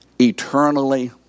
eternally